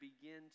begin